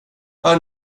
hör